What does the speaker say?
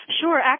Sure